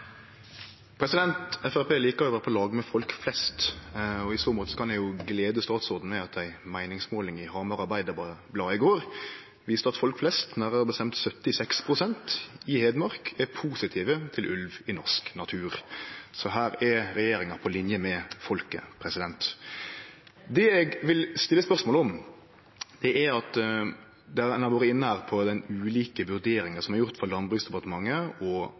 vere på lag med folk flest. I så måte kan eg jo glede statsråden med at ei meiningsmåling i Hamar Arbeiderblad i går viste at folk flest, nærare bestemt 76 pst., i Hedmark er positive til ulv i norsk natur. Så her er regjeringa på linje med folket. Det eg vil stille spørsmål om, er om ein har vore inne på dei ulike vurderingane som er gjorde frå Landbruksdepartementet og